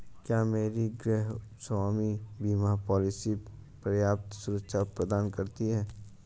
क्या मेरी गृहस्वामी बीमा पॉलिसी पर्याप्त सुरक्षा प्रदान करती है?